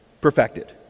perfected